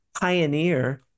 pioneer